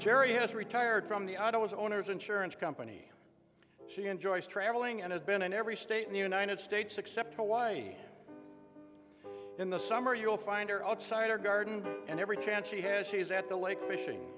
gerry has retired from the i was owners insurance company she enjoys traveling and has been in every state in the united states except hawaii in the summer you will find her outside her garden and every chance she has she is at the lake fishi